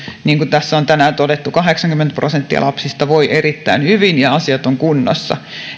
niin kuin tässä on tänään todettu kahdeksankymmentä prosenttia lapsista voi erittäin hyvin ja asiat ovat kunnossa